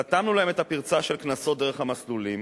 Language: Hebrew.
סתמנו להן את הפרצה של קנסות דרך המסלולים,